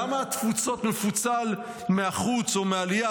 למה התפוצות מפוצל מהחוץ או מהעלייה?